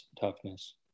toughness